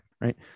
right